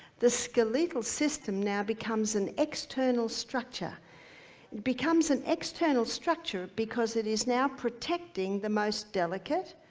the skeletal system now becomes an external structure. it becomes an external structure because it is now protecting the most delicate,